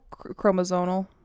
chromosomal